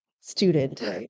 student